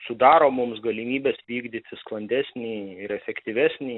sudaro mums galimybes vykdyti sklandesnį ir efektyvesnį